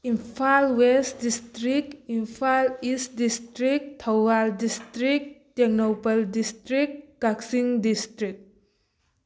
Imphal West district Imphal East district Thoubal district Tengnoupal district Kakching district